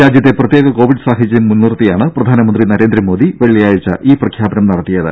രാജ്യത്തെ പ്രത്യേക കോവിഡ് സാഹചര്യം മുൻനിർത്തിയാണ് പ്രധാനമന്ത്രി നരേന്ദ്രമോദി വെള്ളിയാഴ്ച ഈ പ്രഖ്യാപനം നടത്തിയത്